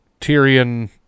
Tyrion